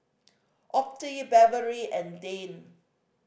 Otha Beverley and Dane